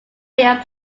being